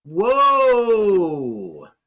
Whoa